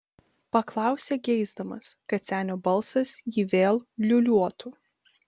paklausė geisdamas kad senio balsas jį vėl liūliuotų